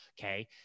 Okay